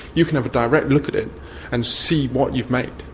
you can have a direct look at it and see what you've made.